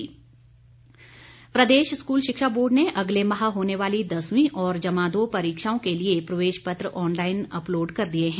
शिक्षा बोर्ड प्रदेश स्कूल शिक्षा बोर्ड ने अगले माह होने वाली दसवीं और जमा दो परीक्षाओं के लिए प्रवेश पत्र ऑनलाइन अपलोड़ कर दिए हैं